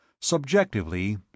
Subjectively